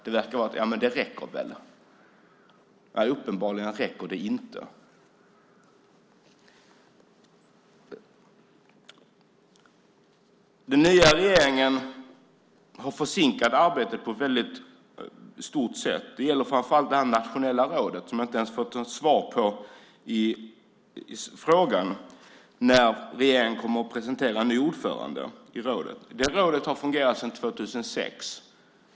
Det verkar vara ett: Men det räcker väl. Uppenbarligen räcker det inte. Den nya regeringen har försinkat arbetet väldigt mycket. Det gäller framför allt det här nationella rådet. Jag har inte fått svar på frågan om när regeringen kommer att presentera en ny ordförande i rådet. Det rådet har fungerat sedan 2006.